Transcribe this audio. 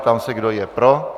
Ptám se, kdo je pro.